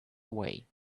away